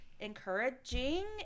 Encouraging